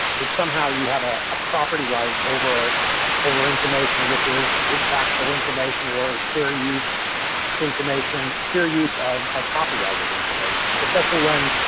that somehow you have a property right over over information, which is is factual information, where is fair use information, fair use of of copyrighted information. especially, when.